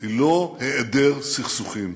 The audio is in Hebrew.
היא לא היעדר סכסוכים,